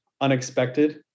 unexpected